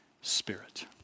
Spirit